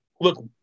look